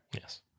Yes